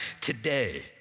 today